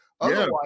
Otherwise